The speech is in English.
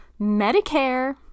Medicare